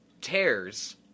tears